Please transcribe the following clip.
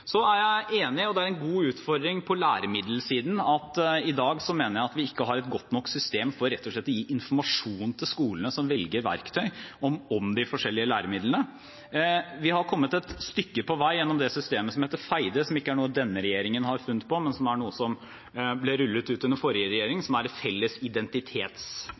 er enig i – og det er en god utfordring på læremiddelsiden – at vi i dag ikke har et godt nok system for rett og slett å gi informasjon til skolene som velger verktøy, om de forskjellige læremidlene. Vi har kommet et stykke på vei gjennom systemet som heter Feide, som ikke er noe denne regjeringen har funnet på, men som er noe som ble rullet ut under den forrige regjeringen, som er et felles